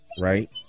right